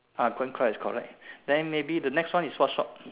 ah coin coy is correct then maybe the next one is what shop